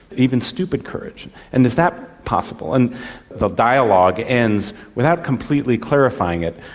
even stupid courage, and is that possible? and the dialogue ends without completely clarifying it.